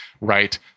right